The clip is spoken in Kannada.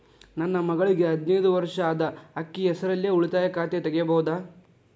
ನನ್ನ ಮಗಳಿಗೆ ಹದಿನೈದು ವರ್ಷ ಅದ ಅಕ್ಕಿ ಹೆಸರಲ್ಲೇ ಉಳಿತಾಯ ಖಾತೆ ತೆಗೆಯಬಹುದಾ?